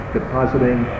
depositing